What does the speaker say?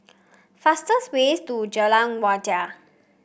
fastest way to Jalan Wajek